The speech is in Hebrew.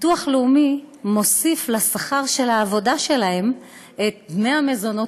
ביטוח לאומי מוסיף לשכר של העבודה שלהן את דמי המזונות.